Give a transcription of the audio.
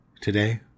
today